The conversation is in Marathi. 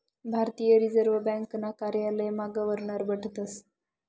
भारतीय रिजर्व ब्यांकना कार्यालयमा गवर्नर बठतस